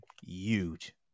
huge